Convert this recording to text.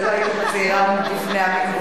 את זה לא הייתי מצהירה בפני המיקרופון.